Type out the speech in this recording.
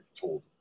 told